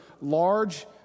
large